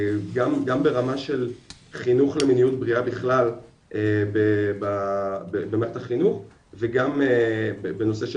גם ברמה של חינוך למיניות בריאה בכלל במערכת החינוך וגם בנושא של